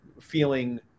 feeling